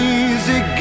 easy